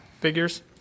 figures